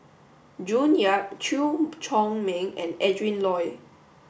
June Yap Chew Chor Meng and Adrin Loi